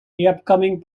upcoming